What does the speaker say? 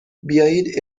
بیایید